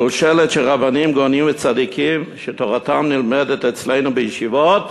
שושלת של רבנים גאונים וצדיקים שתורתם נלמדת אצלנו בישיבות